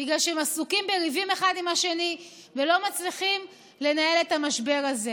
בגלל שהם עסוקים בריבים אחד עם השני ולא מצליחים לנהל את המשבר הזה.